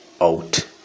out